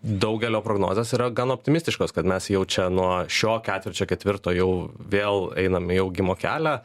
daugelio prognozės yra gan optimistiškos kad mes jau čia nuo šio ketvirčio ketvirto jau vėl einam į augimo kelią